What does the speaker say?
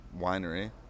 winery